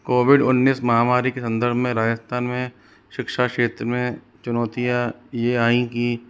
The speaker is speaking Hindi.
कोविड उन्नीस महामारी के संदर्भ में राजस्थान में शिक्षा क्षेत्र में चुनौतियां ये आईं की